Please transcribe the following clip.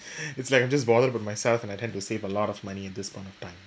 it's like I'm just bothered about myself and I tend to save a lot of money at this point of time